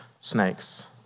snakes